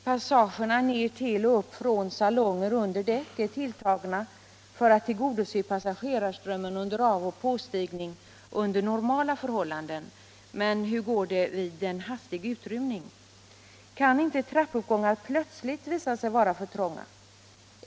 Passagerna ner till och upp från salonger under däck är tilltagna för att tillgodose passagerarströmmen under avoch påstigning vid normala förhållanden, men hur går det vid en hastig utrymning? Kan inte trappuppgångar plötsligt visa sig vara för trånga?